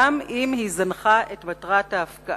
גם אם היא זנחה את מטרת ההפקעה,